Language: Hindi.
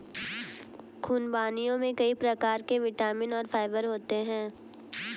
ख़ुबानियों में कई प्रकार के विटामिन और फाइबर होते हैं